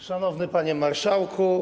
Szanowny Panie Marszałku!